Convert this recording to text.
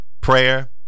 prayer